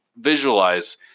visualize